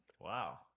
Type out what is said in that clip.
Wow